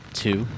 two